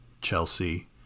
Chelsea